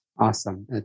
Awesome